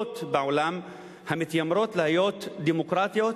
מהיחידות בעולם המתיימרות להיות דמוקרטיות,